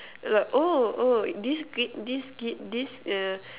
like oh oh this grade this grade this err